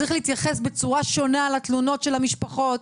צריך להתייחס בצורה שונה לתלונות של המשפחות.